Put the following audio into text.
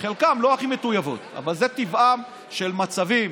חלקן לא הכי מטויבות, אבל זה טבעם של מצבים